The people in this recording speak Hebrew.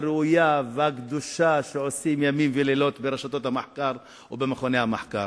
הראויה והקדושה שהם עושים ימים ולילות ברשתות המחקר או במכוני המחקר.